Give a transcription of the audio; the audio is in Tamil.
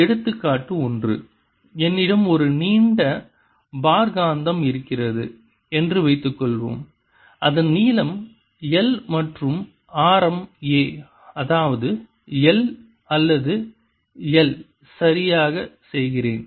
எடுத்துக்காட்டு ஒன்று என்னிடம் ஒரு நீண்ட பார் காந்தம் இருக்கிறது என்று வைத்துக்கொள்வோம் அதன் நீளம் L மற்றும் ஆரம் a அதாவது L அல்லது L சரியாக செய்கிறேன்